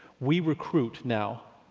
we recruit now,